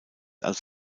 als